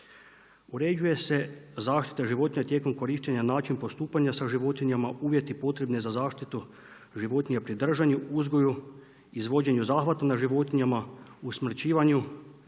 Uređuje se zaštita životinja tijekom korištenja, način, postupanja sa životinjama, uvjeti potrebni za zaštitu životinja pri držanju, uzgoju, izvođenju zahvata na životinjama, usmrćivanju,